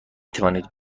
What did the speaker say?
توانید